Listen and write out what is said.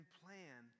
plan